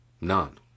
None